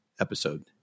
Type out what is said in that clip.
episode